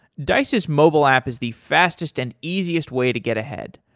dice's mobile app is the fastest and easiest way to get ahead.